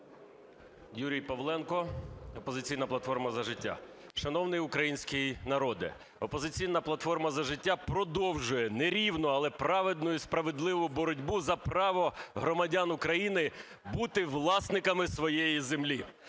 Юрій Павленко, "Опозиційна платформа - За життя". Шановний український народе, "Опозиційна платформа - За життя" продовжує не рівну, але праведну і справедливу боротьбу за право громадян України бути власниками своєї землі.